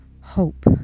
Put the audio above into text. hope